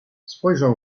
spojrzał